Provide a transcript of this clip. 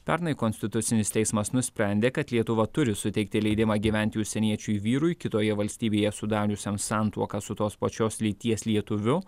pernai konstitucinis teismas nusprendė kad lietuva turi suteikti leidimą gyventi užsieniečiui vyrui kitoje valstybėje sudariusiam santuoką su tos pačios lyties lietuviu